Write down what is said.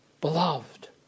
beloved